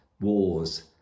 wars